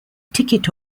ticket